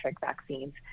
vaccines